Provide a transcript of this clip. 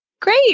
Great